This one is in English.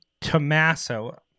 Tommaso